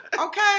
Okay